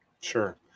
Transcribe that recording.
Sure